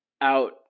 out